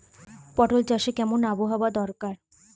পটল চাষে কেমন আবহাওয়া দরকার?